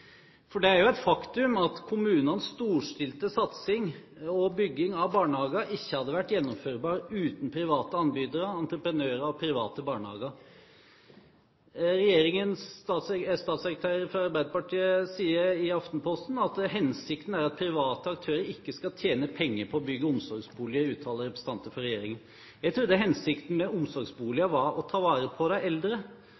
For det er jo et faktum at kommunenes storstilte satsing på og bygging av barnehager ikke hadde vært gjennomførbart uten private anbydere, entreprenører og private barnehager. En statssekretær fra Arbeiderpartiet sier til Aftenposten at hensikten er at private aktører ikke skal tjene penger på å bygge omsorgsboliger. Jeg